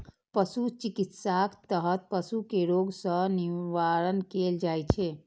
पशु चिकित्साक तहत पशु कें रोग सं निवारण कैल जाइ छै